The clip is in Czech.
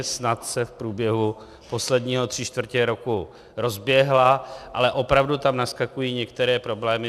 Snad se v průběhu posledního tři čtvrtě roku rozběhla, ale opravdu tam naskakují některé problémy.